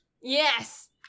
Yes